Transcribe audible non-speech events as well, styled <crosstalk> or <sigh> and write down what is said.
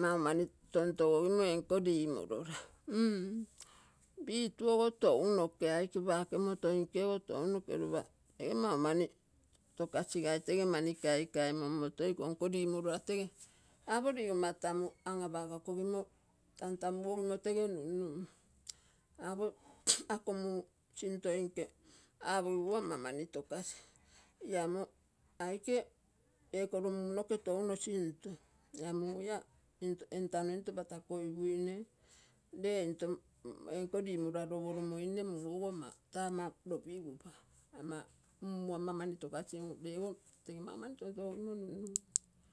maumani tontogogimo ee nko limolova. mm pituogo tounoge aike pake omotoinge ogo tounoge, lopa tee maumani togasigai tege apo ligoma tamu ahapogogimo tanta mugogimo tege nunun. Apo <noise> ako muu sintonge ama mani togasi. La amo aike ekoro muu noke touno sinto. la muu ia etano patagoipuine ree into enko limolora louolomoi muu ogo taa ama lopigupa. <unintelligible>